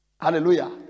Hallelujah